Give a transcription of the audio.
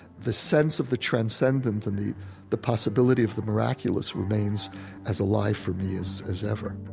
the sense of the transcendent and the the possibility of the miraculous remains as alive for me as as ever